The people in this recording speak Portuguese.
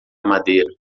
madeira